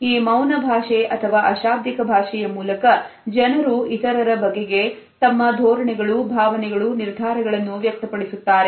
ಈ ಮೌನ ಭಾಷೆಯ ಮೂಲಕ ಜನರು ಇತರರ ಬಗೆಗೆ ತಮ್ಮ ಧೋರಣೆಗಳು ಭಾವನೆಗಳು ನಿರ್ಧಾರಗಳನ್ನು ವ್ಯಕ್ತಪಡಿಸುತ್ತಾರೆ